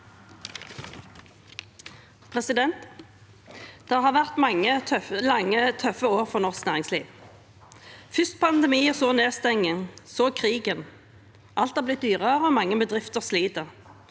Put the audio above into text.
Det har vært mange lange tøffe år for norsk næringsliv – først pandemi, så nedstenging, så krigen. Alt har blitt dyrere, og mange bedrifter sliter.